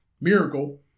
miracle